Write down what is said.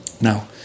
Now